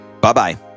Bye-bye